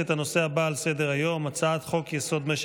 ועדת הפנים והגנת הסביבה בעניין פיצול הצעת החוק לדחיית